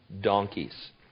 donkeys